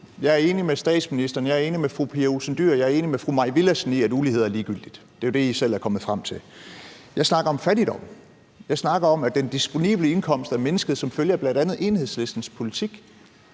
jeg er enig med fru Pia Olsen Dyhr, jeg er enig med fru Mai Villadsen i, at ulighed er ligegyldigt. Det er jo det, I selv er kommet frem til. Jeg snakker om fattigdom. Jeg snakker om, at den disponible indkomst er mindsket som følge af bl.a. Enhedslistens politik.